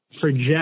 project